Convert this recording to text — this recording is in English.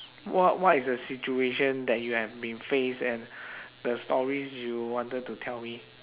what what is the situation that you have been face and the stories you wanted to tell me